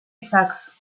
sacks